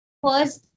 first